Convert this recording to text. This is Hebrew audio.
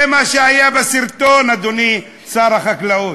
זה מה שהיה בסרטון, אדוני שר החקלאות.